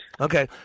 Okay